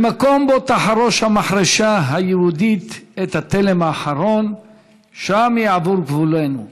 "במקום בו תחרוש המחרשה היהודית את התלם האחרון שם יעבור גבולנו",